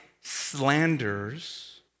slanders